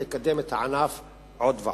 אנחנו יכולים לקדם את הענף עוד ועוד.